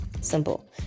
Simple